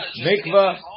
Mikva